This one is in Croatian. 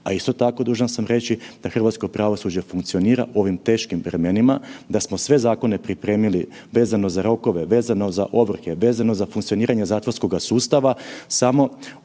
a isto tako dužan sam reći da hrvatsko pravosuđe funkcionira u ovim teškim vremenima, da smo sve zakone pripremili vezano za rokove, vezano za ovrhe, vezano za funkcioniranje zatvorskoga sustava samo u tišini.